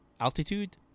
Altitude